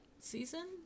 season